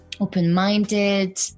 open-minded